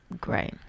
great